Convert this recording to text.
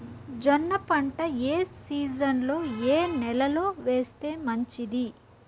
జొన్న పంట ఏ సీజన్లో, ఏ నెల లో వేస్తే మంచిది?